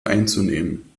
einzunehmen